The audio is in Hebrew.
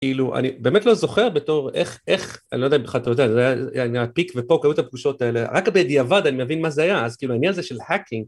כאילו, אני באמת לא זוכר בתור איך, איך, אני לא יודע בכלל אתה יודע, זה היה עניין עתיק ראו את הבושות האלה, רק בדיעבד אני מבין מה זה היה, אז כאילו העניין הזה שמחקתי